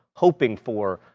hoping for,